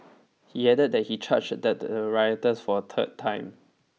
he added that he charged at the rioters for a third time